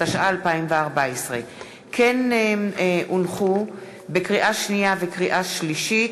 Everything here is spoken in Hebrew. התשע"ה 2014. לקריאה שנייה ולקריאה שלישית: